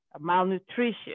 malnutrition